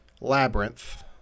Labyrinth